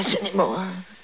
anymore